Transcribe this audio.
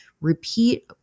repeat